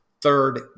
third